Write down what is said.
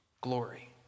glory